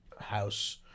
house